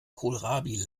kohlrabi